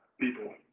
people